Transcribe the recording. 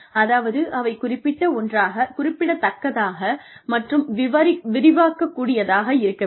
அதாவது அவை குறிப்பிட்ட ஒன்றாக குறிப்பிடத்தக்கதாக மற்றும் விரிவாக்கக்கூடியதாக இருக்க வேண்டும்